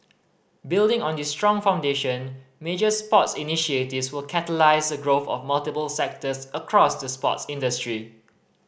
building on this strong foundation major sports initiatives will catalyse the growth of multiple sectors across the sports industry